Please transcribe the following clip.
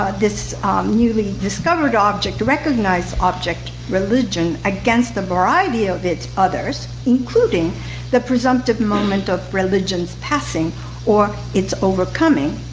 this newly discovered object recognized object religion, against the variety of its others, including the presumptive moment of religions passing or its overcoming,